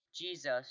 Jesus